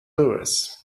louis